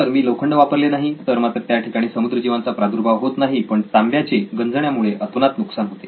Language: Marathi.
जर मी लोखंड वापरले नाही तर मात्र त्या ठिकाणी समुद्री जीवांचा प्रादुर्भाव होत नाही पण तांब्याचे गंजण्यामुळे अतोनात नुकसान होते